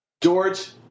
George